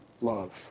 love